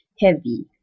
heavy